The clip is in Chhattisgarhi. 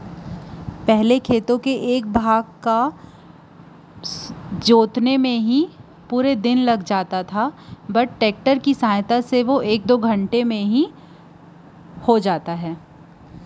पहिली एक पैर के मिंजई करे म दिन भर लाग जावत रिहिस तउन ह टेक्टर म एक दू घंटा म हो जाथे